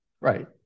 Right